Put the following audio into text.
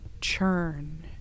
churn